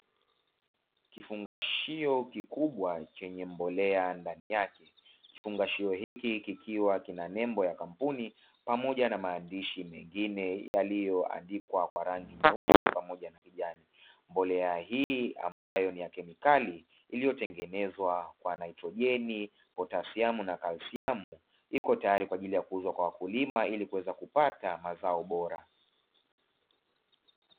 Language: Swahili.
Kifungashio kikubwa chenye mbolea ndani yake, kifungashio hiki kikiwa kina nembo ya kampuni pamoja na maandishi mengine yaliyoandikwa kwa rangi nyeusi pamoja na kijani. Mbolea hii ambayo ni ya kemikali, iliyotengenezwa kwa naitrojeni, potasiamu, na kalsiamu iko tayari kwa ajili ya kuuzwa kwa wakulima ili kuweza kupata mazao bora.